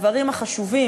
הדברים החשובים,